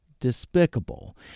despicable